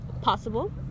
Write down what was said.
Possible